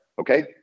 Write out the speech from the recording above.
okay